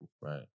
Right